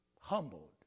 Humbled